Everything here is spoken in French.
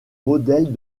modèles